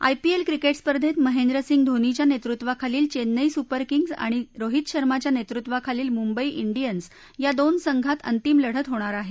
IPL cricket स्पर्धेत महेंद्र सिंग धोनीच्या नेतृत्वाखालील चेन्नई सुपर किंग्स आणि रोहित शर्माच्या नेतृत्वाखालील मुंबई डियन्स या दोन संघात अंतिम लढत होणार आहे